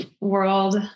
world